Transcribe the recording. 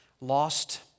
lost